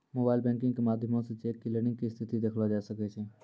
mobile banking के माध्यमो से चेक क्लियरिंग के स्थिति देखलो जाय सकै छै